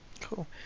Cool